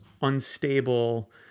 unstable